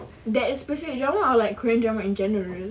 that specific drama or like korean drama in general